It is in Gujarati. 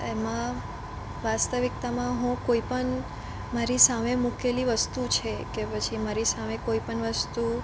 એમાં વાસ્તવિકતામાં હું કોઈ પણ મારી સામે મૂકેલી વસ્તુ છે કે પછી મારી સામે કોઈ પણ વસ્તુ